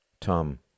Tom